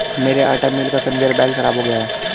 मेरे आटा मिल का कन्वेयर बेल्ट खराब हो गया है